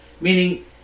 meaning